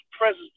presence